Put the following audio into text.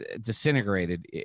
disintegrated